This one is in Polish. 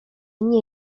nie